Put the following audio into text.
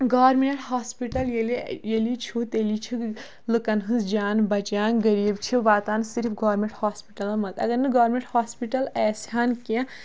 government hospital ییٚلہِ ییٚلی چھُ تیٚلی چھِ لُکَن ہِنٛز جان بَچان غریٖب چھِ واتان صِرِف گورمنٹ ہاسپِٹَلن منٛز اگر نہٕ گوَرنمنٹ ہاسپِٹَل آسہِ ہان کینٛہہ